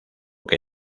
que